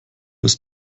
ist